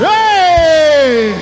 Hey